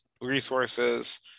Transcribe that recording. resources